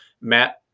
Matt